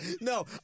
No